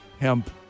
hemp